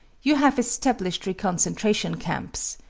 you have established reconcentration camps.